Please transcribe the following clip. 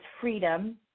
freedom